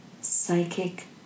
psychic